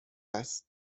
است